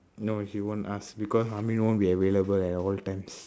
no she won't ask because amin won't be available at all times